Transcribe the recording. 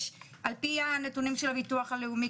על פי הנתונים של הביטוח הלאומי,